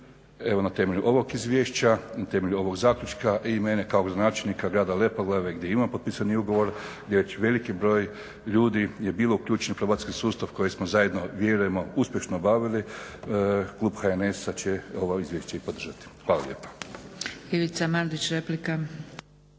Evo na temelju ovog izvješća, na temelju ovog zaključka i mene kao gradonačelnika grada Lepoglave gdje imam potpisani ugovor, gdje veliki broj ljudi je bio uključen u probacijski sustav koji smo zajedno vjerujemo uspješno obavili. Klub HNS-a će ovo izvješće i podržati. Hvala lijepa.